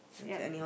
yup